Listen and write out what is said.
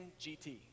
GT